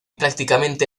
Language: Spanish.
prácticamente